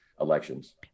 elections